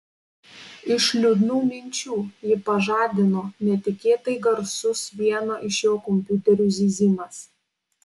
iš liūdnų minčių jį pažadino netikėtai garsus vieno iš jo kompiuterių zyzimas